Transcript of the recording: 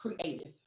creative